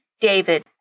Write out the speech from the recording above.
David